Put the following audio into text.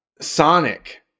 Sonic